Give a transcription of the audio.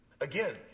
again